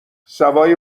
سوای